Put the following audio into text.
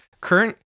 current